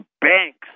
Banks